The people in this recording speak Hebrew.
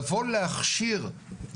לבוא להכשיר,